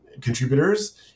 contributors